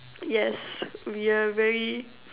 yes we are very